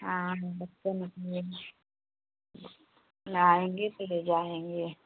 हाँ कल आएँगे तो ले जाएँगे